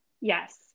Yes